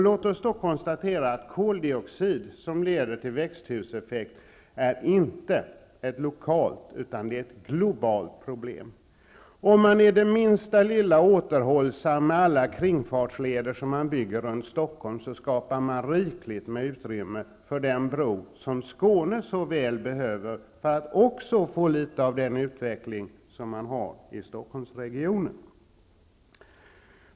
Låt oss då konstatera att koldioxid som leder till växthuseffekt inte är ett lokalt utan ett globalt problem. Om man är det minsta lilla återhållsam med alla kringfartsleder man bygger runt Stockholm, skapar man rikligt med utrymme för den bro som Skåne så väl behöver, för att få litet av den utveckling som sker i Stockholmsregionen.